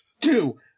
two